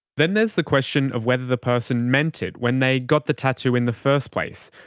then there's the question of whether the person meant it when they got the tattoo in the first place,